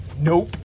Nope